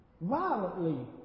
violently